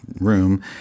room